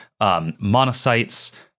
monocytes